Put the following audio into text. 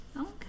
Okay